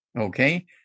Okay